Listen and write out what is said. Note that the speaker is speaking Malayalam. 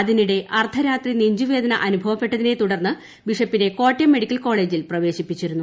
അതിനിടെ അർദ്ധരാത്രി അനുഭവപ്പെട്ടതിനെ തുടർന്ന് ബിഷപ്പിനെ കോട്ടയം മെഡിക്കൽ കോളേജിൽ പ്രവേശിപ്പിച്ചിരുന്നു